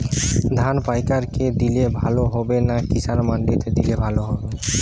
ধান পাইকার কে দিলে ভালো হবে না কিষান মন্ডিতে দিলে ভালো হবে?